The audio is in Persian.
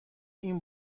این